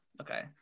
Okay